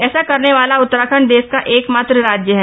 ऐसा करने वाला उत्तराखण्ड देश का एक मात्र राज्य है